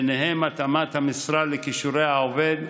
ובהם התאמת המשרה לכישורי העובד,